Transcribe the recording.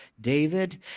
David